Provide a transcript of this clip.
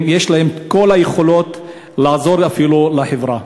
יש להם כל היכולות לעזור אפילו לחברה.